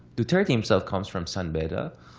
duterte himself comes from san beda,